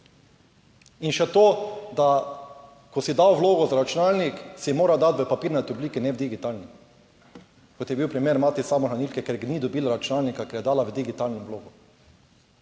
In še to, da, ko si dal vlogo za računalnik, si moral dati v papirnati obliki, ne v digitalni, kot je bil primer mati samohranilke, ker ni dobila računalnika, ker je dala v digitalno vlogo.